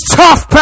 tough